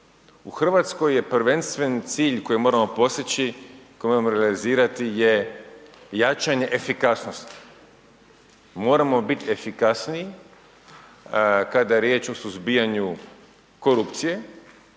U Hrvatskoj je prvenstveni cilj koji moramo postići, koji moramo organizirati je jačanje efikasnosti i moramo biti efikasniji kada je riječ o suzbijanju korupcije.